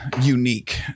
unique